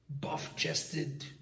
buff-chested